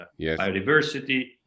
biodiversity